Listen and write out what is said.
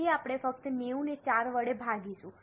તેથી આપણે ફક્ત 90 ને 4 વડે ભાગીશું